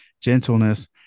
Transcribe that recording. gentleness